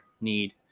need